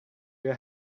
your